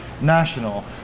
national